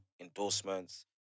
endorsements